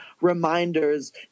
reminders